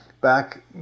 back